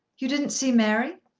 you didn't see mary?